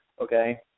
Okay